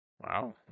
Wow